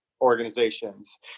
organizations